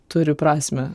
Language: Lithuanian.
turi prasmę